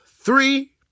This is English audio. three